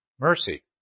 Mercy